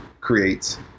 creates